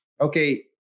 okay